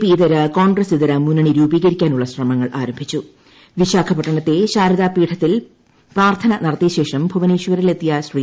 P ഇതര കോൺഗ്രസ് ഇതര മുന്നണി രൂപീകരിക്കാനുള്ള ശ്രമങ്ങൾ ആരംഭിച്ചുള്ളൂ വിശാഖപട്ടണത്തെ ശാരദാപീഠത്തിൽ പ്രാർത്ഥന നട്ടത്തിയ്ശേഷം ഭൂവനേശ്വരിൽ എത്തിയ ശ്രീ